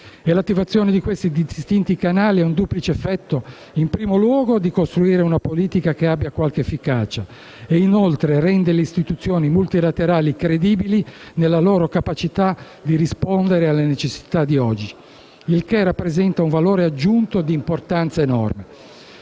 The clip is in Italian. L'attivazione di questi distinti canali ha il duplice effetto, in primo luogo, di costruire una politica che abbia qualche efficacia e, in secondo luogo, di rendere le istituzioni multilaterali credibili nella loro capacità di rispondere alle necessità di oggi; il che rappresenta un valore aggiuntivo di importanza enorme.